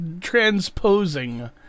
transposing